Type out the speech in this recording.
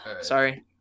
sorry